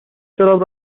شراب